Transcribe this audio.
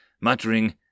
muttering